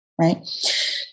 Right